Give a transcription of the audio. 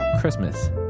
christmas